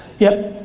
yep.